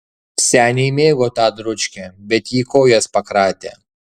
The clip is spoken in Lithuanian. seniai mėgo tą dručkę bet ji kojas pakratė